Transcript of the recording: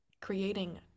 creating